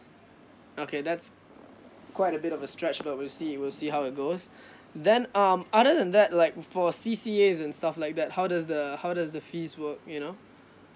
okay that's quite a bit of a stretch but we'll see we'll see how it goes then um other than that like for C_C_As and stuff like that how does the how does the fees work you know